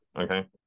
okay